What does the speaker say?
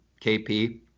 KP